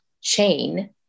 chain